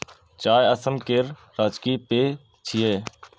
चाय असम केर राजकीय पेय छियै